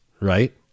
right